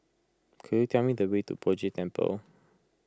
could you tell me the way to Poh Jay Temple